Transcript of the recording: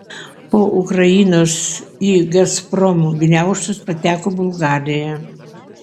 po ukrainos į gazprom gniaužtus pateko bulgarija